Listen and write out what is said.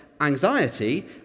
anxiety